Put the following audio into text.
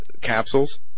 capsules